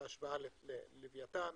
בהשוואה ללוויתן.